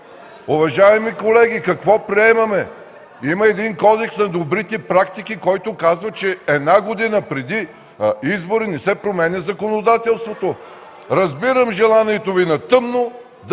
Уважаеми колеги, какво приемаме? Има кодекс на добрите практики, който казва, че една година преди избори не се променя законодателството. Разбирам желанието Ви да